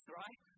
right